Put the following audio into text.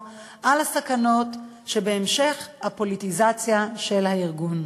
על הסכנות שבהמשך הפוליטיזציה של הארגון.